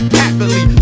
happily